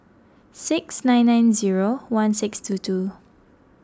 six nine nine zero one six two two